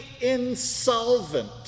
insolvent